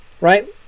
right